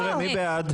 מי בעד?